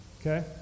okay